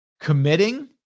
Committing